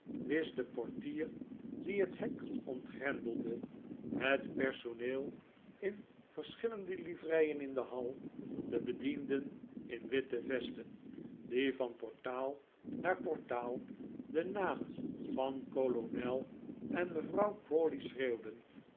wist de portier die het hek ontgrendelde het personeel in verschillende livreien in de hal de bedienden in witte vesten die van portaal naar portaal de namen van kolonel en mevrouw